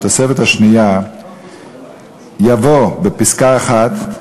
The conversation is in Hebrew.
בתוספת השנייה יבוא בפסקה (1):